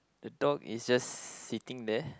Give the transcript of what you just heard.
the dog is just sitting there